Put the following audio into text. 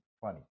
funny